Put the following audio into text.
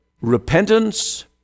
Repentance